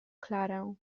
klarę